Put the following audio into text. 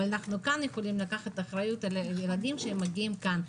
אבל אנחנו יכולים לקחת אחריות על ילדים שמגיעים לכאן.